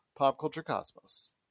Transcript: PopCultureCosmos